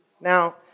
Now